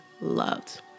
loved